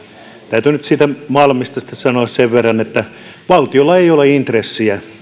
täytyy nyt siitä malmista sitten sanoa sen verran että valtiolla ei ole intressiä